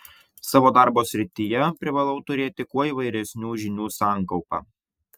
savo darbo srityje privalau turėti kuo įvairesnių žinių sankaupą